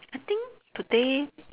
I think today